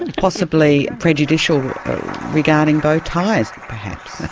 and possibly prejudicial regarding bow ties perhaps.